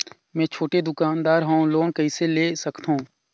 मे छोटे दुकानदार हवं लोन कइसे ले सकथव?